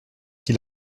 qui